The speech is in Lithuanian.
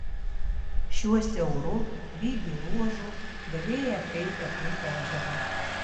šiuo siauru lygiu ruožu galėjai apeiti aplink ežerą